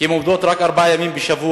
כי הן עובדות רק ארבעה ימים בשבוע,